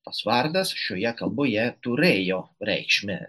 tas vardas šioje kalboje turėjo reikšmę